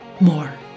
more